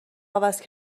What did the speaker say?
عوض